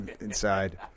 inside